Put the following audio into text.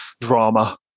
drama